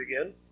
again